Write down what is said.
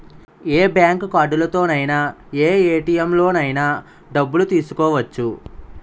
ఏ bank కార్డుతోనైన ఏ ATM లోనైన డబ్బులు తీసుకోవచ్చు